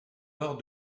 laure